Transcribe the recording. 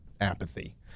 apathy